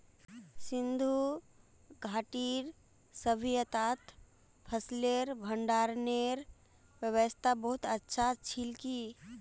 सिंधु घाटीर सभय्तात फसलेर भंडारनेर व्यवस्था बहुत अच्छा छिल की